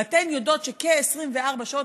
ואתן יודעות שכ-24 שעות,